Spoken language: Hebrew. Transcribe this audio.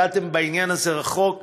הגעתם בעניין הזה רחוק,